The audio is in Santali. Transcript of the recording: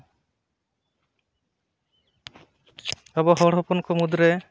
ᱟᱵᱚ ᱦᱚᱲ ᱦᱚᱯᱚᱱ ᱠᱚ ᱢᱩᱫ ᱨᱮ